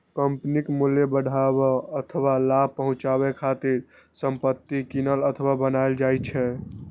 कंपनीक मूल्य बढ़ाबै अथवा लाभ पहुंचाबै खातिर संपत्ति कीनल अथवा बनाएल जाइ छै